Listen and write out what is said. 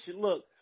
Look